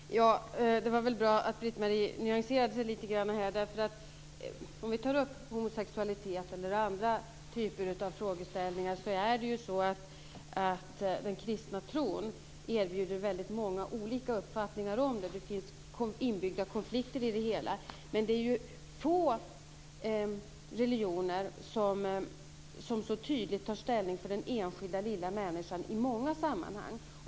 Fru talman! Det var väl bra att Britt-Marie nyanserade sig lite grann. När det gäller homosexualitet och andra typer av frågeställningar erbjuder den kristna tron väldigt många uppfattningar. Det finns inbyggda konflikter i det hela. Men det är få religioner som så tydligt tar ställning för den enskilda lilla människan i många sammanhang.